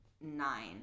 nine